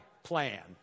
plan